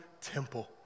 temple